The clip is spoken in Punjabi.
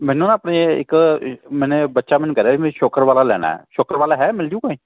ਮੈਨੂੰ ਨਾ ਆਪਣੇ ਇੱਕ ਮੈਨੇ ਬੱਚਾ ਮੈਨੂੰ ਕਹਿ ਰਿਹਾ ਵੀ ਮੈਂ ਛੋਕਰ ਵਾਲਾ ਲੈਣਾ ਛੋਕਰ ਵਾਲਾ ਹੈ ਮਿਲਜੂਗੇ